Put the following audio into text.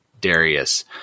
Darius